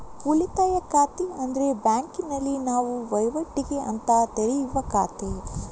ಉಳಿತಾಯ ಖಾತೆ ಅಂದ್ರೆ ಬ್ಯಾಂಕಿನಲ್ಲಿ ನಾವು ವೈವಾಟಿಗೆ ಅಂತ ತೆರೆಯುವ ಖಾತೆ